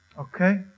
Okay